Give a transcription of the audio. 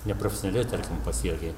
neprofesionaliai tarkim pasielgė